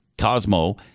Cosmo